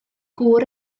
gŵr